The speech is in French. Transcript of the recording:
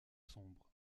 sombres